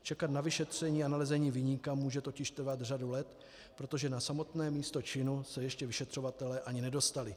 Čekat na vyšetření a nalezení viníka může totiž trvat řadu let, protože na samotné místo činu se ještě vyšetřovatelé ani nedostali.